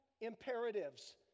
imperatives